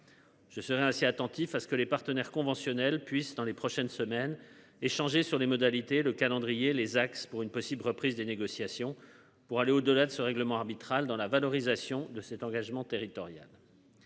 Je serai assez attentif à ce que les partenaires conventionnels puisse dans les prochaines semaines échangé sur les modalités, le calendrier les axes pour une possible reprise des négociations pour aller au-delà de ce règlement arbitral dans la valorisation de cet engagement territorial.